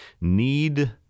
need